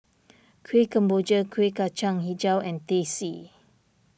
Kueh Kemboja Kuih Kacang HiJau and Teh C